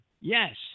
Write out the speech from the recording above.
yes